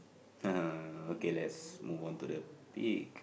okay let's move on to the pig